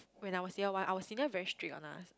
when I was year one our senior very strict on us